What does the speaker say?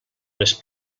les